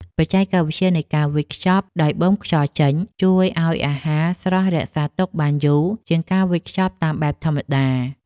បច្ចេកវិទ្យានៃការវេចខ្ចប់ដោយបូមខ្យល់ចេញ ជួយឱ្យអាហារស្រស់រក្សាទុកបានយូរជាងការវេចខ្ចប់តាមបែបធម្មតា។